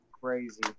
Crazy